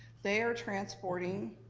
they are transporting